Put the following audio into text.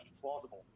plausible